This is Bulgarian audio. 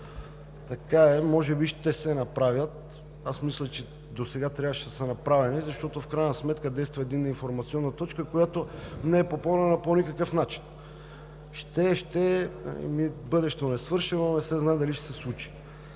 така е, може би ще се направят. Аз мисля, че досега трябваше да са направени, защото в крайна сметка действа единна информационна точка, която не е попълнена по никакъв начин. Ще, ще… Ами бъдеще несвършено е и не се знае дали ще се случи.